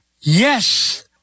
Yes